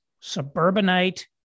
suburbanite